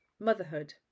motherhood